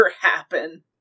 happen